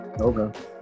okay